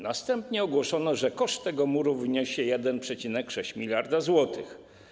Następnie ogłoszono, że koszt tego muru wyniesie 1,6 mld zł.